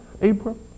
Abram